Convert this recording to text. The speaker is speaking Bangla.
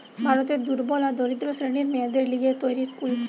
ভারতের দুর্বল আর দরিদ্র শ্রেণীর মেয়েদের লিগে তৈরী স্কুল